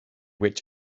which